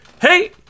hey